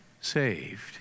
saved